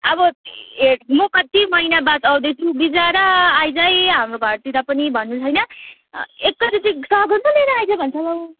अब हेर म कत्ति महिना बाद आउँदैछु विचरा आइज है हाम्रो घरतिर पनि भन्नु छैन एकैचोटि सगुन पो लिएर आइज भन्छ लौ